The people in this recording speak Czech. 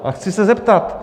A chci se zeptat.